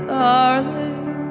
darling